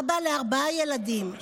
אבא לארבעה ילדים.